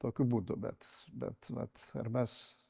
tokiu būdu bet bet vat ar mes